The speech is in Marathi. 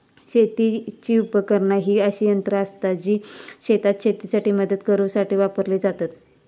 शेतीची उपकरणा ही अशी यंत्रा आसत जी शेतात शेतीसाठी मदत करूसाठी वापरली जातत